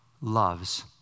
loves